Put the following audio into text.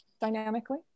dynamically